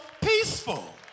peaceful